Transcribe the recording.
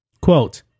Quote